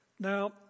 Now